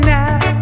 now